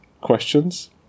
Questions